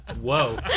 Whoa